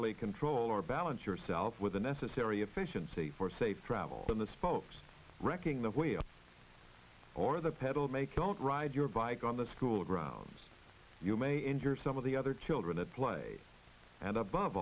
operate control or balance yourself with the necessary efficiency for safe travel in the spokes wrecking the whale or the pedal make you don't ride your bike on the school grounds you may injure some of the other children at play and above